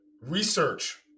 research